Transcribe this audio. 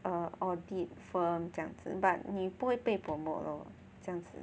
err audit firm 这样子 but 你不会被 promote lor 这样子